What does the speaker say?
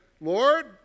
Lord